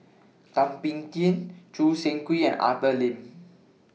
Thum Ping Tjin Choo Seng Quee and Arthur Lim